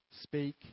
speak